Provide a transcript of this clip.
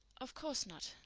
of course not.